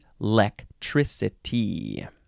electricity